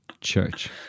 church